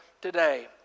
today